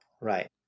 Right